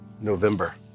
November